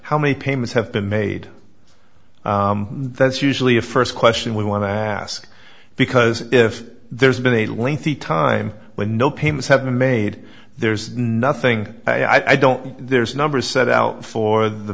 how many payments have been made that's usually a first question we want to ask because if there's been a lengthy time when no payments have been made there's nothing i don't know there's a number set out for the